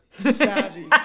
savvy